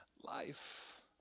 life